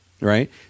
right